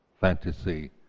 fantasy